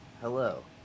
Hello